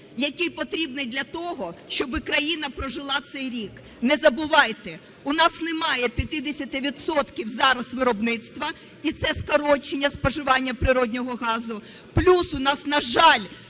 який потрібний для того, щоби країна прожила цей рік. Не забувайте, у нас немає 50 відсотків зараз виробництва, і це скорочення споживання природного газу. Плюс у нас, на жаль,